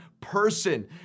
person